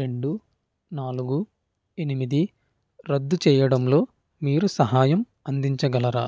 రెండు నాలుగు ఎనిమిది రద్దు చెయ్యడంలో మీరు సహాయం అందించగలరా